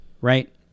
right